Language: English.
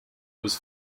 was